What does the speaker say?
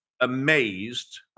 amazed